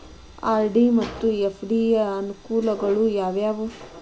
RD ಮತ್ತು FD ಯ ಅನುಕೂಲಗಳು ಯಾವವು?